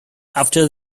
after